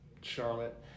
Charlotte